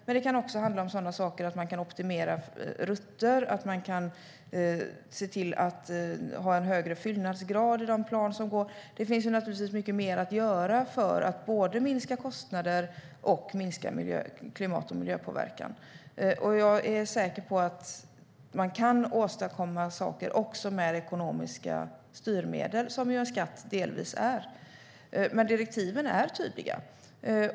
Det kan också handla om att optimera rutter eller ha högre fyllnadsgrad i planen. Det finns naturligtvis mycket mer att göra för att både minska kostnader och minska klimat och miljöpåverkan. Jag är säker på att det går att åstadkomma saker också med hjälp av ekonomiska styrmedel, som ju en skatt delvis är. Direktiven är tydliga.